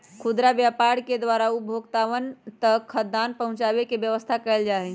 खुदरा व्यापार के द्वारा उपभोक्तावन तक खाद्यान्न पहुंचावे के व्यवस्था कइल जाहई